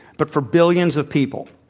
but for billions of people.